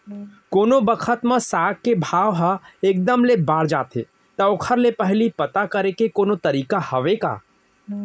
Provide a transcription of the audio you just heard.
कोनो बखत म साग के भाव ह एक दम ले बढ़ जाथे त ओखर ले पहिली पता करे के कोनो तरीका हवय का?